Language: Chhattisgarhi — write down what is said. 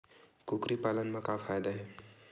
कुकरी पालन म का फ़ायदा हे?